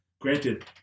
Granted